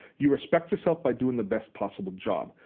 you respect yourself by doing the best possible job.